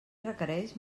requereix